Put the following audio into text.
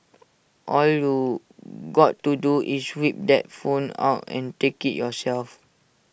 all you got to do is whip that phone out and take IT yourself